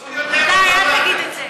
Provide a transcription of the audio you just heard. אל תגיד את זה.